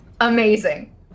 Amazing